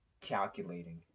calculating